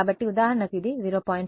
కాబట్టి ఉదాహరణకు ఇది 0